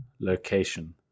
location